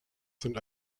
sind